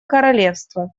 королевство